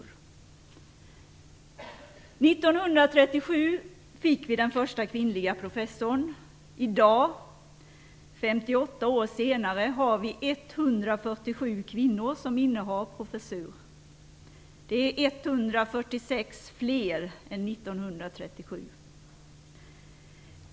År 1937 fick vi den första kvinnliga professorn. I dag, 58 år senare, innehar 147 kvinnor professur. Det är 146 fler än 1937.